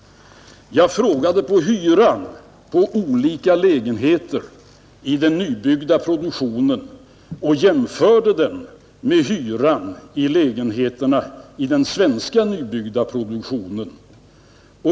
Jag frågade om hyran på olika lägenheter i den nybyggda produktionen och jämförde den med hyran i lägenheterna i den svenska nybyggda produktionen.